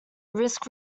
risk